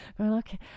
Okay